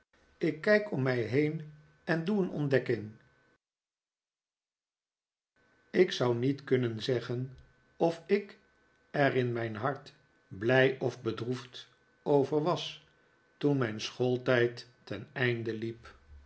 ik kijk om mij heen en doe een ontdekking ik zou niet kunnen zeggen of ik er in mijn hart blij of bedroefd over was toen mijn schooltijd ten einde hep